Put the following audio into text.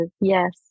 yes